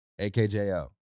AKJO